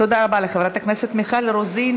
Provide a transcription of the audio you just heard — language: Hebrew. תודה רבה לחברת הכנסת מיכל רוזין.